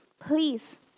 Please